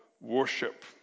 worship